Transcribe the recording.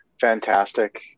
fantastic